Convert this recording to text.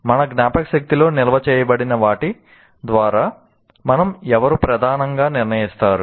మన జ్ఞాపకశక్తిలో నిల్వ చేయబడిన వాటి ద్వారా మనం ఎవరు ప్రధానంగా నిర్ణయిస్తారు